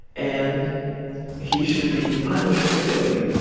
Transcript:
and he should be punished for doing it.